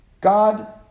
God